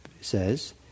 says